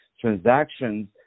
transactions